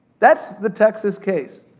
that's the texas case,